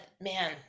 man